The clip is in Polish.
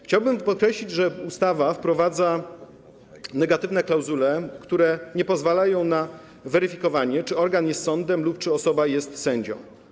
Chciałbym podkreślić, że ustawa wprowadza negatywne klauzule, które nie pozwalają na weryfikowanie, czy organ jest sądem lub czy osoba jest sędzią.